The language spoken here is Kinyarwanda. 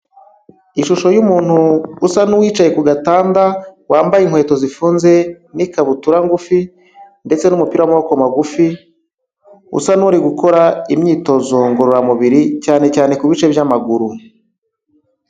Ishusho y'umuntu usa n'uwicaye ku gatanda, wambaye inkweto zifunze n'ikabutura ngufi ndetse n'umupira w'amaboko magufi, usa n'uri gukora imyitozo ngororamubiri cyane cyane kubi bice by'amaguru.